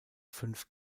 fünf